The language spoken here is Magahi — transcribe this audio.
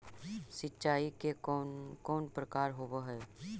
सिंचाई के कौन कौन प्रकार होव हइ?